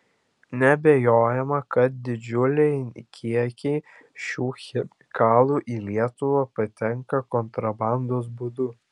neabejojama kad didžiuliai kiekiai šių chemikalų į lietuvą patenka kontrabandos būdu